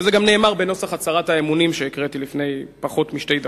וזה גם נאמר בנוסח הצהרת האמונים שהקראתי לפני פחות משתי דקות: